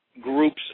groups